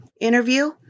interview